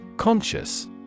Conscious